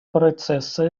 процесса